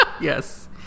yes